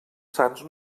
sants